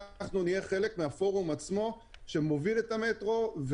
נהיה חלק מהפורום עצמו שמוביל את המטרו.